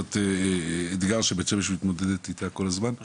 זה אתגר שבית שמש מתמודדת איתה כל הזמן,